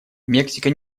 мексика